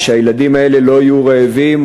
ושהילדים האלה לא יהיו רעבים,